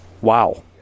Wow